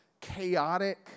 chaotic